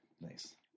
Nice